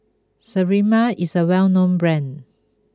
Sterimar is a well known brand